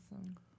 awesome